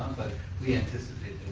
but we anticipate